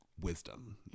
wisdom